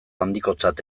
handikotzat